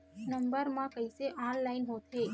Number मा कइसे online होथे?